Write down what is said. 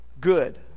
good